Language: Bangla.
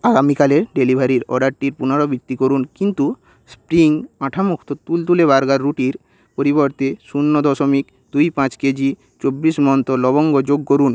আগামীকালের ডেলিভারির অর্ডারটির পুনরাবৃত্তি করুন কিন্তু স্প্রিং আঠামুক্ত তুলতুলে বার্গার রুটির পরিবর্তে শূন্য দশমিক দুই পাঁচ কেজি চব্বিশ মন্ত্র লবঙ্গ যোগ করুন